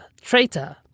traitor